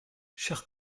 chers